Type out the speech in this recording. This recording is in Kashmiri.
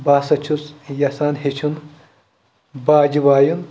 بہٕ سا چھُس یَژھان ہیٚچھُن باجہِ وایُن